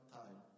time